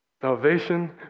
Salvation